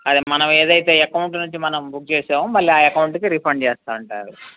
అదే మనం ఏదైతే అకౌంట్ నుంచి మనం బుక్ చేశామో మళ్ళీ ఆ అకౌంట్కి రీఫండ్ చేస్తారు అంటారు